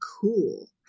cool